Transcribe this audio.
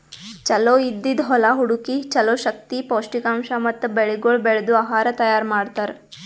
ಚಲೋ ಇದ್ದಿದ್ ಹೊಲಾ ಹುಡುಕಿ ಚಲೋ ಶಕ್ತಿ, ಪೌಷ್ಠಿಕಾಂಶ ಮತ್ತ ಬೆಳಿಗೊಳ್ ಬೆಳ್ದು ಆಹಾರ ತೈಯಾರ್ ಮಾಡ್ತಾರ್